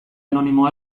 anonimo